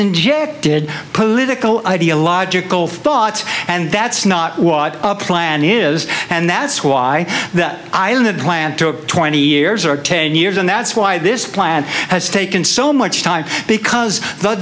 injected political ideological thoughts and that's not what a plan is and that's why i own a plant took twenty years or ten years and that's why this plan has taken so much time because the